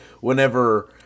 Whenever